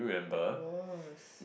it was